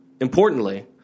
importantly